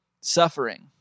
suffering